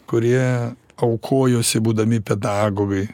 kurie aukojosi būdami pedagogai